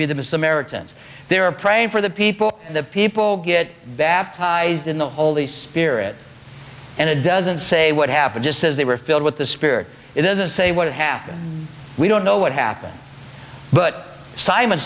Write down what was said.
be the most americans they were praying for the people the people get baptized in the holy spirit and it doesn't say what happened just says they were filled with the spirit it doesn't say what happened we don't know what happened but simon